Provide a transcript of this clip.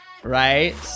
right